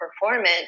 performance